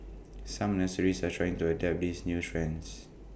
some nurseries are trying to adapt these new trends